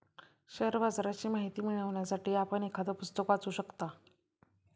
share बाजाराची माहिती मिळवण्यासाठी आपण एखादं पुस्तक वाचू शकता